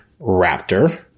Raptor